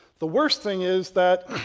the worst thing is that,